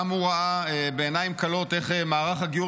גם הוא ראה בעיניים כלות איך מערך הגיור